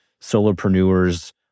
solopreneurs